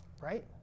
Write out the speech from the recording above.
right